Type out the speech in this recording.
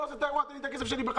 עושה את האירוע ותחזיר את הכסף לזוג.